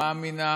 שמע מינה